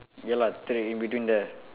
ya lah three in between there